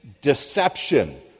deception